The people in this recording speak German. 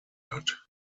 hat